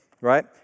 right